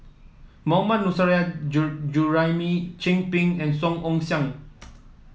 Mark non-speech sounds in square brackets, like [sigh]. Mohammad Nurrasyid [unintelligible] Juraimi Chin Peng and Song Ong Siang